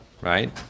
right